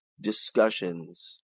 discussions